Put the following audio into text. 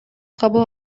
кабыл